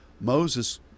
Moses